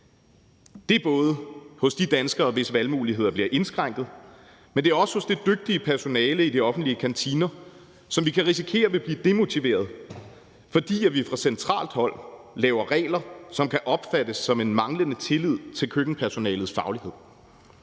Det gælder både de danskere, hvis valgmuligheder bliver indskrænket, men det gælder også det dygtige personale i de offentlige kantiner, som vi kan risikere vil blive demotiveret, fordi vi fra centralt hold laver regler, som kan opfattes som en manglende tillid til køkkenpersonalets faglighed.